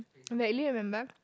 vaguely remember